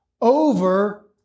over